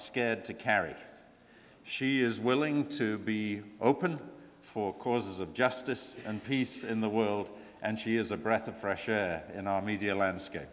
scared to carry she is willing to be open for cause of justice and peace in the world and she is a breath of fresh air in our media landscape